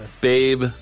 Babe